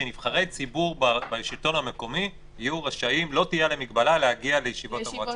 שלא תהיה מגבלה על נבחרי ציבור בשלטון המקומי להגיע לישיבות המועצה.